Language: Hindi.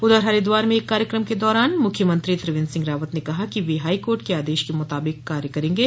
उधर हरिद्वार में एक कार्यक्रम के दौरान मुख्यमंत्री त्रिवेंद्र सिंह रावत ने कहा कि वे हाईकोर्ट के आदेश के मुताबिक कार्य करेंगे